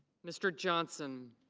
mr. johnson.